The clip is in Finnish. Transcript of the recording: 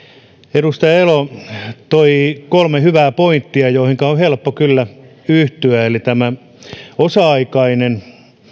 edustaja elo toi kolme hyvää pointtia joihinka on helppo kyllä yhtyä eli esimerkiksi osa aikainen